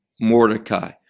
Mordecai